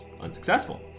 unsuccessful